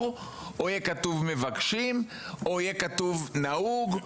או יהיה כתוב מבקשים או יהיה כתוב נהוג?